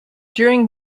during